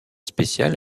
spéciale